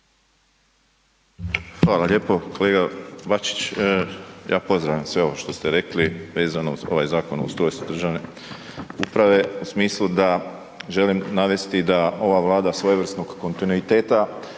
Hvala lijepo. Kolega Bačić, ja pozdravljam sve ovo što ste rekli vezano uz ovaj zakon o ustrojstvu državne uprave u smislu da želim navesti da ova Vlada svojevrsnog kontinuiteta